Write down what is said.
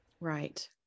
Right